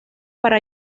para